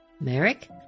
Merrick